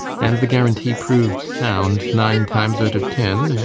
and the guarantee proved sound nine times out of ten,